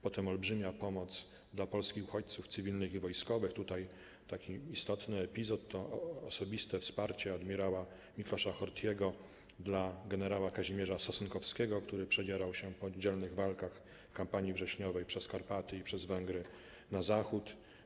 Potem była olbrzymia pomoc dla polskich uchodźców cywilnych i wojskowych, taki istotny epizod to osobiste wsparcie adm. Miklósa Horthyego dla gen. Kazimierza Sosnkowskiego, który przedzierał się po walkach w kampanii wrześniowej przez Karpaty i przez Węgry na Zachód.